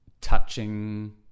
touching